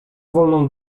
wolną